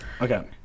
Okay